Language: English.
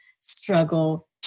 struggle